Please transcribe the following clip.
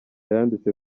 yanditse